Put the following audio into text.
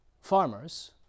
farmers